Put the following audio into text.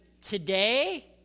today